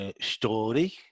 story